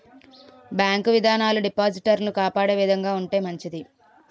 bank విధానాలు డిపాజిటర్లను కాపాడే విధంగా ఉంటే మంచిది